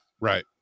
Right